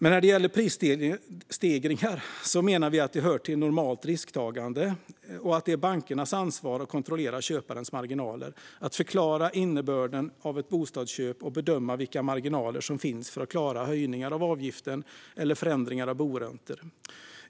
När det gäller prisstegringar menar vi att det hör till normalt risktagande och att det är bankernas ansvar att kontrollera köparens marginaler, att förklara innebörden av ett bostadsköp och att bedöma vilka marginaler som finns för att klara höjningar av avgiften eller förändringar av boräntor.